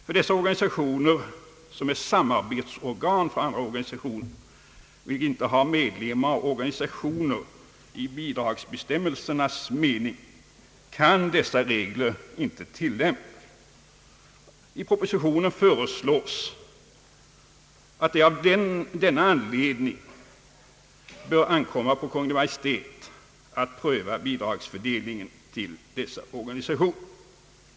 För dessa organisationer, som är samarbetsorgan för andra organisationer vilka inte har medlemmar och organisationer i bidragsbestämmelsernas mening, kan dessa regler inte tillämpas. I propositionen föreslås att det av denna anledning bör ankomma på Kungl. Maj:t att pröva bidragsfördelningen till dessa organisationer.